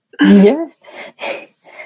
Yes